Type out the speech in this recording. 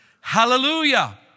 hallelujah